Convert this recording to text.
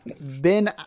Ben